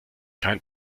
kein